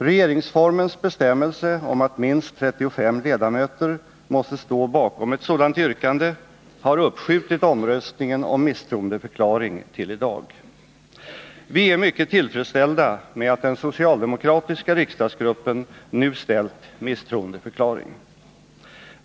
Regeringsformens bestämmelse om att minst 35 ledamöter måste stå bakom ett sådant yrkande har uppskjutit omröstningen om misstroendeförklaring till i dag. Vi är mycket tillfredsställda med att den socialdemokratiska riksdagsgruppen nu ställt yrkande om misstroendeförklaring.